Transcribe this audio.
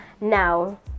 now